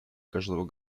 каждого